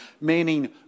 meaning